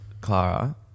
Clara